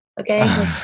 okay